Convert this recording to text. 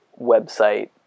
website